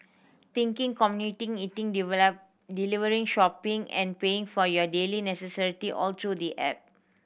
thinking commuting eating delivering shopping and paying for your daily necessity all through the app